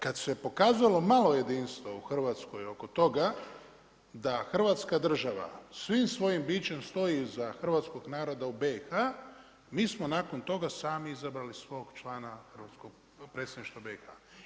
Kada se pokazalo malo jedinstva u Hrvatskoj oko toga da hrvatska država svim svojim biće stoji iza hrvatskog naroda u BiH, mi smo nakon toga sami izabrali svog člana hrvatskog predstavništva BiH.